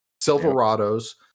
Silverado's